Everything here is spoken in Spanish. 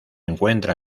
encuentra